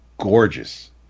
gorgeous